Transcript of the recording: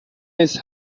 his